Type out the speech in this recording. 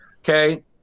Okay